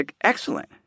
excellent